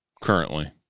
currently